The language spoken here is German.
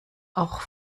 auch